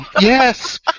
Yes